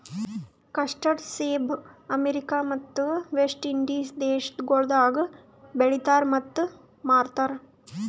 custard ಸೇಬ America ಮತ್ತ West Indies ದೇಶಗೊಳ್ದಾಗ್ ಬೆಳಿತಾರ್ ಮತ್ತ ಮಾರ್ತಾರ್